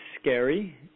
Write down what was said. scary